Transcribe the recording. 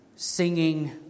Singing